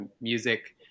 Music